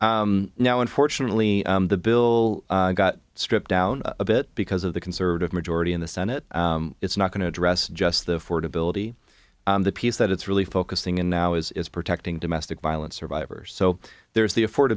now unfortunately the bill got stripped down a bit because of the conservative majority in the senate it's not going to address just the ford ability the piece that it's really focusing in now is is protecting domestic violence survivors so there's the afford